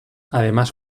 además